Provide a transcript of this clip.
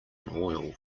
oil